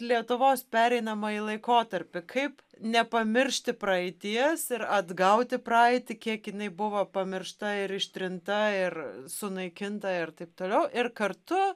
lietuvos pereinamąjį laikotarpį kaip nepamiršti praeities ir atgauti praeitį kiek jinai buvo pamiršta ir ištrinta ir sunaikinta ir taip toliau ir kartu